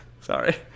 Sorry